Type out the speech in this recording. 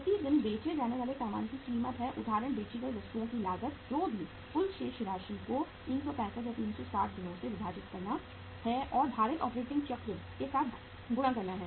प्रति दिन बेचे जाने वाले सामान की कीमत है उदाहरण बेची गई वस्तुओं की लागत जो भी हो कुल राशि को 365 या 360 दिनों से विभाजित करना है और भारित ऑपरेटिंग चक्र के साथ गुणा किया जाता है